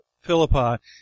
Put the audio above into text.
Philippi